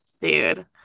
dude